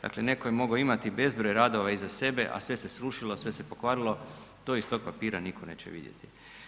Dakle netko je mogao imati bezbroj radova iza sebe a sve se srušilo, sve se pokvarilo, to iz tog papira nitko neće vidjeti.